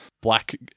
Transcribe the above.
black